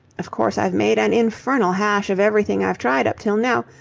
of course i've made an infernal hash of everything i've tried up till now,